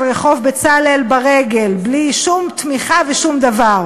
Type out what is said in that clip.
רחוב בצלאל ברגל בלי שום תמיכה ובלי שום דבר,